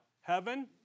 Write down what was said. Heaven